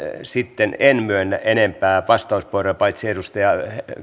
sitten en myönnä enempää vastauspuheenvuoroja paitsi edustaja